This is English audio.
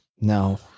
No